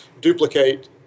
duplicate